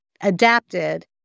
adapted